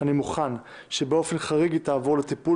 אני מוכן שבאופן חריג היא תעבור לטיפול